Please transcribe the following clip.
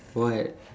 what